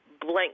blank